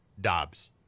Dobbs